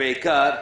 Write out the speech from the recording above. בעיקר,